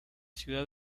ciudad